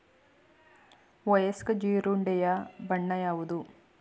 ವಯಸ್ಕ ಜೀರುಂಡೆಯ ಬಣ್ಣ ಯಾವುದು?